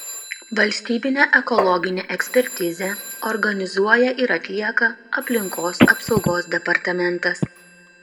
valstybinę ekologinę ekspertizę organizuoja ir atlieka aplinkos apsaugos departamentas